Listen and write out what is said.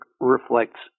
reflects